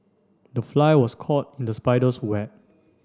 the fly was caught in the spider's web